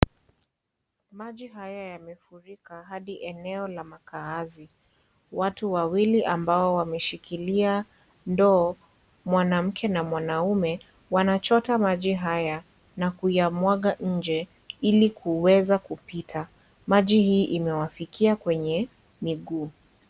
Maji haya yamefurika hadi eneo la makaazi. Watu wawili ambao wameshikilia ndoo, mwamke na mwanaume wanachota maji haya na kuyamwaga nje ili kuweza kupita. Maji haya yamewafika hadi kwenywe miguu.